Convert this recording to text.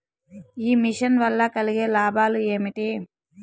ఈ మిషన్ వల్ల కలిగే లాభాలు ఏమిటి?